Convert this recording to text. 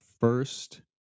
first